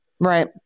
Right